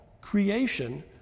creation